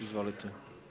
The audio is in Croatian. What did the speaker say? Izvolite.